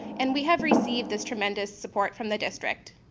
and we have received this tremendous support from the district,